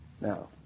Now